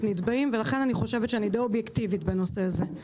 נתבעים ולכן אני חושבת שאני די אובייקטיבית בנושא הזה.